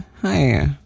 Hi